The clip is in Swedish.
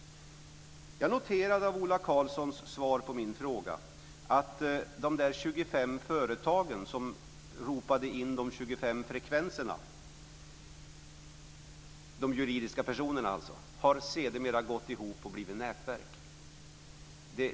Jag noterade av Ola Karlssons svar på min fråga att de 25 företag, alltså de juridiska personerna, som ropade in de 25 frekvenserna sedermera har gått ihop och blivit nätverk.